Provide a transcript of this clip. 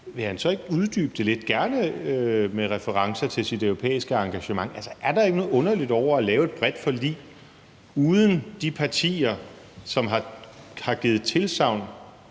vil han så ikke uddybe det lidt, gerne med reference til sit europæiske engagement? Altså, er der ikke noget underligt over at lave et bredt forlig uden de partier, som har givet tilsagn